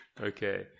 Okay